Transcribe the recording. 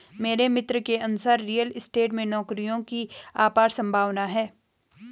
मेरे मित्र के अनुसार रियल स्टेट में नौकरियों की अपार संभावना है